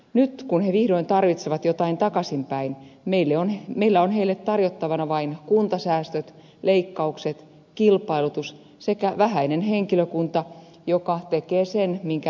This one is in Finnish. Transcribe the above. nyt kun he vihdoin tarvitsevat jotain takaisinpäin meillä on heille tarjottavana vain kuntasäästöt leikkaukset kilpailutus sekä vähäinen henkilökunta joka tekee sen minkä ehtii ja pystyy